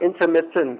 intermittent